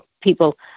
people